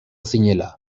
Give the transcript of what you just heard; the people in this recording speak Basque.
zinela